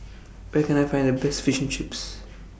Where Can I Find The Best Fish and Chips